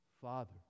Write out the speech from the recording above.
father